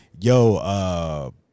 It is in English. yo